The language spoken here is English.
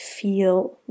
feel